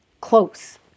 close